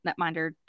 netminder